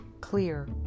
clear